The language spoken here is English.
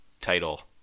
title